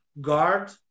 guard